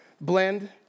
blend